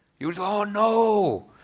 you don't know?